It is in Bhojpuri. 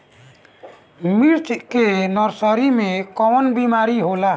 मिर्च के नर्सरी मे कवन बीमारी होला?